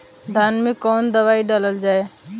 धान मे कवन दवाई डालल जाए?